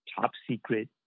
top-secret